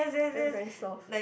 then very soft